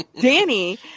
Danny